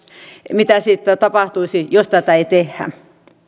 mitä sitten tapahtuisi jos tätä ei tehdä